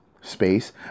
space